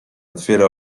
otwiera